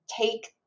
take